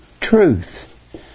truth